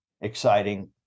exciting